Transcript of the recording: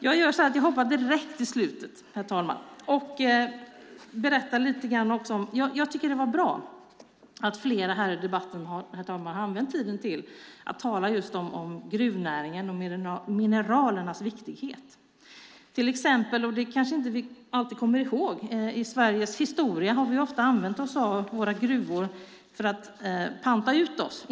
Jag tycker att det är bra att flera här i debatten har använt tiden till att tala om gruvnäringen och mineralernas viktighet. Historiskt har vi i Sverige ofta använt oss av våra gruvor för att panta ut oss.